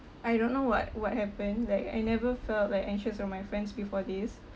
I don't know what what happened like I never felt like anxious around my friends before this